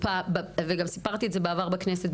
וגם סיפרתי את זה בעבר בכנסת,